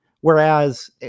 Whereas